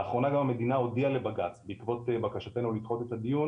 לאחרונה גם המדינה הודיעה לבג"ץ בעקבות בקשתינו לדחות את הדיון